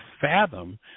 fathom